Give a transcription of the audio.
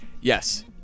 Yes